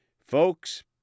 Folks